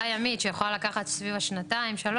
ימית שיכולה לקחת סביב השנתיים-שלוש,